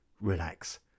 relax